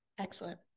excellent